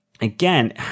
again